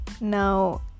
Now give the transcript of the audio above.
now